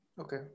Okay